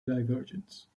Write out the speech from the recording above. divergence